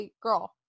Girl